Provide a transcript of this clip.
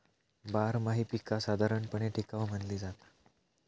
बारमाही पीका साधारणपणे टिकाऊ मानली जाता